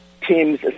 teams